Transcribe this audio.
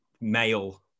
male